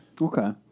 Okay